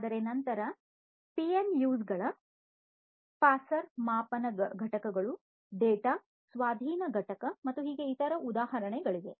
ಆದರೆ ನಂತರ ಪಿಎಂಯು ಗಳ ಫಾಸರ್ ಮಾಪನ ಘಟಕಗಳು ಡೇಟಾ ಸ್ವಾಧೀನ ಘಟಕ ಮತ್ತು ಹೀಗೆ ಇತರ ಉದಾಹರಣೆಗಳಿವೆ